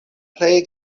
plej